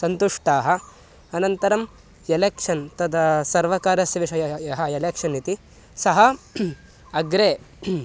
सन्तुष्टाः अनन्तरं एलेक्षन् तत् सर्वकारस्य विषयः यः एलेक्षन् इति सः अग्रे